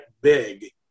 big